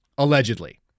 Allegedly